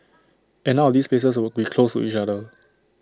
and none of these places would be close to each other